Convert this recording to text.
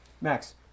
Max